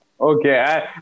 Okay